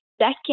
second